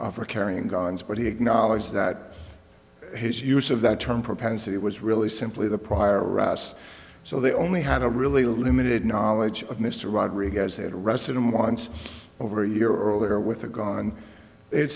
for carrying guns but he acknowledged that his use of that term propensity was really simply the prior us so they only had a really limited knowledge of mr rodriguez they had arrested him once over a year earlier with a guy on it